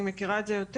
היא מכירה את זה יותר,